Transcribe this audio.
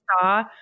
saw